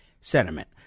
sentiment